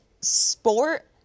sport